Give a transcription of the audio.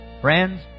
Friends